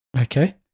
Okay